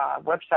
website